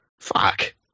Fuck